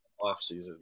offseason